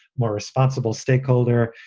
more responsible stakeholder.